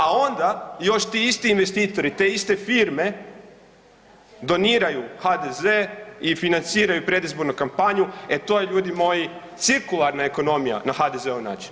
A onda još ti isti investitori, te iste firme doniraju HDZ i financiraju predizbornu kampanju, e to je ljudi moji cirkularna ekonomija na HDZ-ov način.